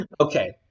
Okay